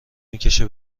میکشه